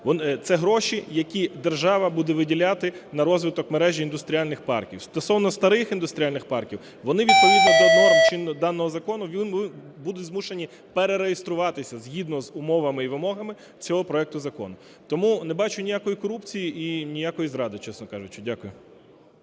Це гроші, які держава буде виділяти на розвиток мережі індустріальних парків. Стосовно старих індустріальних парків, вони, відповідно до норм даного закону, будуть змушені перереєструватися згідно з умовами і вимогами цього проекту закону. Тому не бачу ніякої корупції і ніякої зради, чесно кажучи. Дякую.